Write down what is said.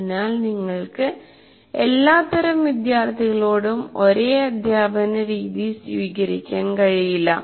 അതിനാൽനിങ്ങൾക്ക് എല്ലാത്തരം വിദ്യാർത്ഥികളോടും ഒരേ അധ്യാപന രീതി സ്വീകരിക്കാൻ കഴിയില്ല